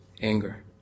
anger